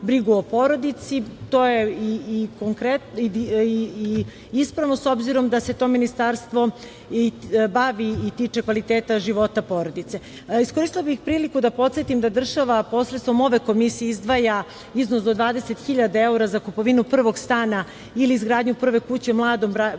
To je i ispravno s obzirom da se to Ministarstvo bavi i tiče kvaliteta života porodice. Iskoristila bih priliku da podsetim da država posredstvom ove komisije izdvaja iznos do 20.000 evra za kupovinu prvog stana ili izgradnju prve kuće mladim bračnim